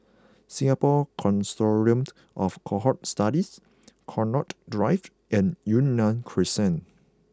Singapore Consortium of Cohort Studies Connaught Drive and Yunnan Crescent